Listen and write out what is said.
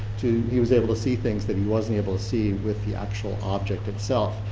to, he was able to see things that he wasn't able to see with the actual object itself.